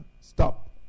stop